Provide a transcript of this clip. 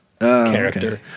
character